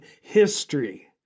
history